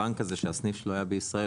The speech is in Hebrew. הבנק הזה כשהסניף שלו היה בישראל,